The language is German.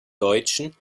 deutschen